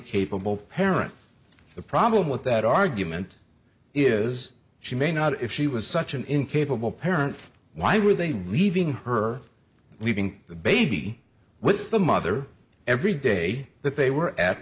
capable parent the problem with that argument is she may not if she was such an incapable parent why were they leaving her leaving the baby with the mother every day that they were at